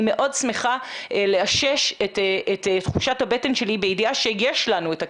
אני מאוד שמחה לאשש את תחושת הבטן שלי בידיעה שיש לנו את הכלים.